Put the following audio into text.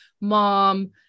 mom-